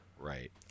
right